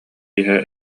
иһэ